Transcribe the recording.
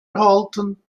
erhalten